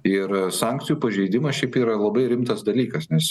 ir sankcijų pažeidimas šiaip yra labai rimtas dalykas nes